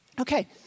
Okay